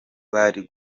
bari